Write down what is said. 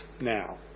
now